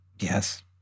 Yes